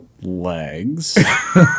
legs